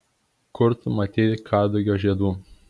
kur tu matei kadugio žiedų